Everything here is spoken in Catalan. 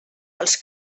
els